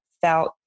felt